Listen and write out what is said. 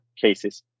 cases